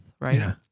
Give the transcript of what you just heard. right